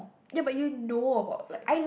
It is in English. ya but you know about like